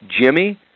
Jimmy